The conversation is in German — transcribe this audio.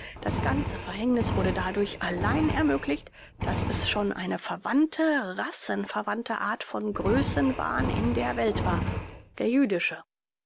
das ganze verhängniß wurde dadurch allein ermöglicht daß schon eine verwandte rassenverwandte art von größenwahn in der welt war der jüdische